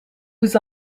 was